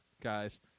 guys